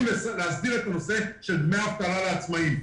להסדיר את הנושא של דמי אבטלה לעצמאים.